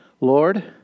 Lord